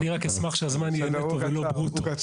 אני רק אשמח שהזמן יהיה נטו ולא ברוטו.